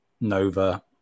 Nova